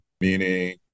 meaning